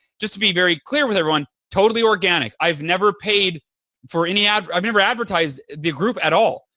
just to be very clear with everyone, totally organic, i've never paid for any i've i've never advertised the group at all.